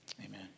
Amen